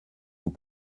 vous